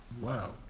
wow